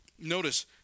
Notice